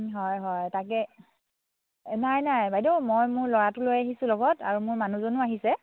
হয় হয় তাকে নাই নাই বাইদেউ মই মোৰ ল'ৰাটো লৈ আহিছোঁ লগত আৰু মোৰ মানুহজনো আহিছে